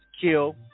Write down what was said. kill